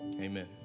Amen